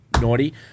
naughty